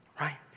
right